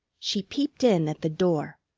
she peeped in at the door.